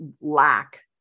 lack